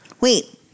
Wait